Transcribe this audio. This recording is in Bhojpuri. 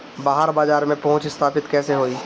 बाहर बाजार में पहुंच स्थापित कैसे होई?